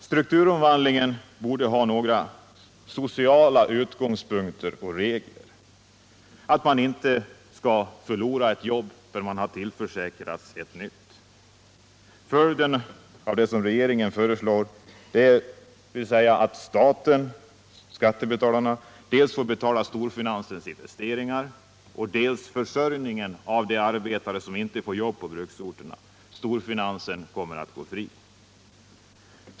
Strukturomvandlingen borde ha några sociala utgångspunkter och regler, bl.a. att man inte skall förlora ett jobb förrän man har tillförsäkrats ett nytt. Följden av det som regeringen föreslår är att staten, dvs. skattebetalarna, skall klara dels storfinansens inves teringar, dels försörjningen av de arbetare som inte får jobb på bruksorterna. Storfinansen kommer att gå fri.